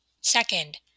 Second